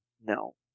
no